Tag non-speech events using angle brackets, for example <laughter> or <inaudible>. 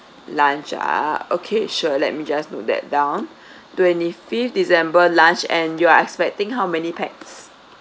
lunch ah okay sure let me just note that down <breath> twenty fifth december lunch and you are expecting how many pax